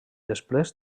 després